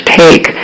take